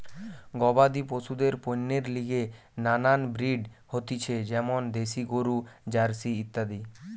গবাদি পশুদের পণ্যের লিগে নানান ব্রিড হতিছে যেমন দ্যাশি গরু, জার্সি ইত্যাদি